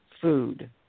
food